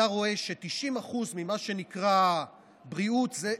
אתה רואה ש-90% ממה שנקרא בריאות זו